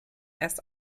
erst